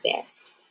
best